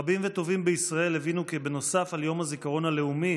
רבים וטובים בישראל הבינו כי בנוסף על יום הזיכרון הלאומי